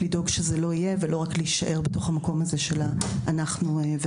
לדאוג לכך שזה לא יקרה ולא רק להישאר בתוך דיון של בין אנחנו ואתם.